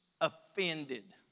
offended